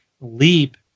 leap